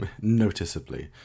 noticeably